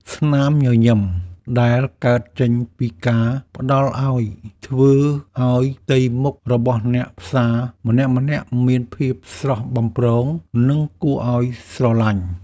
ស្នាមញញឹមដែលកើតចេញពីការផ្ដល់ឱ្យធ្វើឱ្យផ្ទៃមុខរបស់អ្នកផ្សារម្នាក់ៗមានភាពស្រស់បំព្រង និងគួរឱ្យស្រឡាញ់។